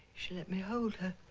she let me hold her.